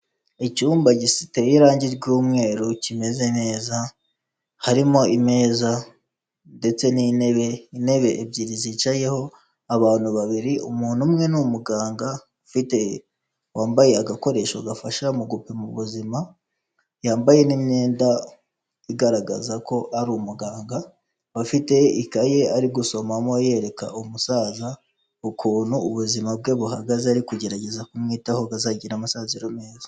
Icyumba giteye irangi ry'umweru kimeze neza, harimo imeza ndetse n'intebe, intebe ebyiri zicayeho abantu babiri, umuntu umwe ni umuganga wambaye agakoresho gafasha mu gupima ubuzima, yambaye n'imyenda igaragaza ko ari umuganga, bafite ikaye ari gusomamo yereka umusaza ukuntu ubuzima bwe buhagaze ari kugerageza kumwitaho kugira ngo azagire amasaziro meza.